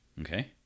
okay